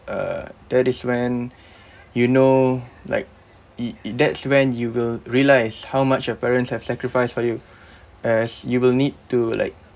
uh that is when you know like it it that's when you will realise how much your parents have sacrificed for you as you will need to like